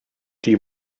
die